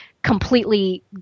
completely